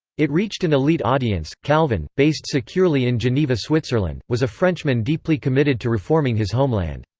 it reached an elite audience calvin, based securely in geneva switzerland, was a frenchman deeply committed to reforming his homeland.